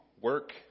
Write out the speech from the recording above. work